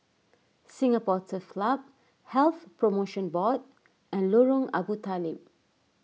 Singapore Turf Club Health Promotion Board and Lorong Abu Talib